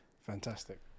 fantastic